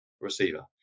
receiver